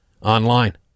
online